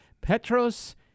Petros